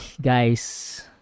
guys